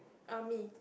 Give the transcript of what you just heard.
err me